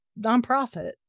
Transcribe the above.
nonprofit